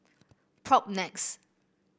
Propnex